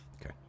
Okay